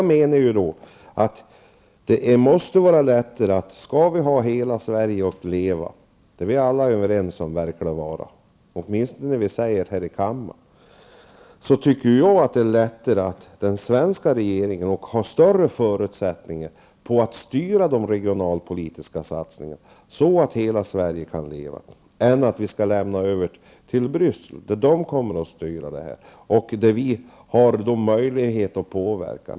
Det verkar som att vi alla är överens -- åtminstone när vi säger det här i kammaren -- om att hela Sverige skall leva, men då måste ju den svenska regeringen ha större förutsättningar att styra de regionalpolitiska satsningarna än vad Bryssel har. Då har vi möjlighet att påverka.